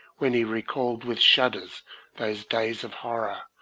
when he recalled with shudders those days of horror,